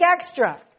extra